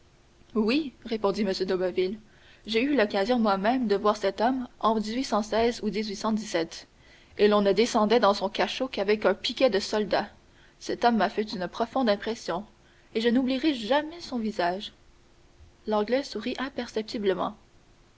oui répondit m de boville j'ai eu l'occasion moi-même de voir cet homme en ou et l'on ne descendait dans son cachot qu'avec un piquet de soldats cet homme m'a fait une profonde impression et je n'oublierai jamais son visage l'anglais sourit imperceptiblement